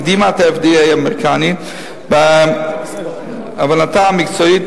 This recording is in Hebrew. הקדימה את ה-FDA האמריקני בהבנתה המקצועית,